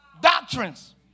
doctrines